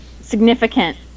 significant